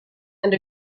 and